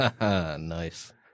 Nice